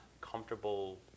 comfortable